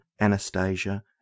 Anastasia